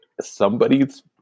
somebody's